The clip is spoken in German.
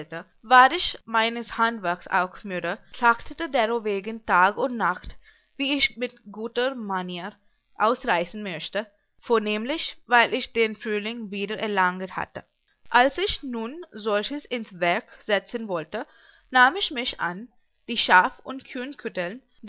ich meines handwerks auch müde trachtete derowegen tag und nacht wie ich mit guter manier ausreißen möchte vornehmlich weil ich den frühling wieder erlanget hatte als ich nun solches ins werk setzen wollte nahm ich mich an die schaf und